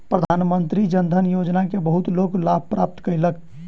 प्रधानमंत्री जन धन योजना के बहुत लोक लाभ प्राप्त कयलक